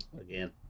again